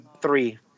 three